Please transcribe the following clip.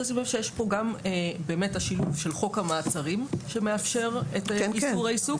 יש פה גם באמת השילוב של חוק המעצרים שמאפשר את איסור העיסוק,